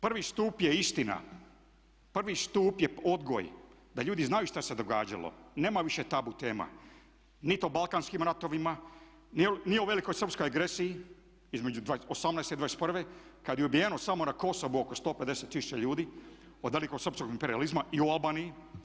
Prvi stup je istina, prvi stup je odgoj, da ljudi znaju šta se događalo, nema više tabu tema, niti o balkanskim ratovima, ni o velikosrpskoj agresiji između '18.-te i '21. kada se ubijeno samo na Kosovu oko 150 tisuća ljudi od velikosrpskog imperijalizma i u Albaniji.